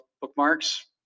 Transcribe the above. bookmarks